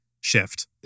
shift